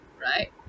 right